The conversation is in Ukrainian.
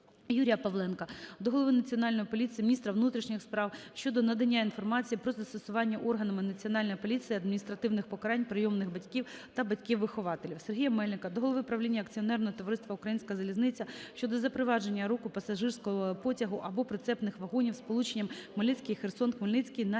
Юрія Павленка до голови Національної поліції, Міністра внутрішніх справ щодо надання інформації про застосування органами Національної поліції адміністративних покарань прийомних батьків та батьків-вихователів. Сергія Мельника до голови правління акціонерного товариства "Українська залізниця" щодо запровадження руху пасажирського потягу або прицепних вагонів сполученням Хмельницький - Херсон -Хмельницький на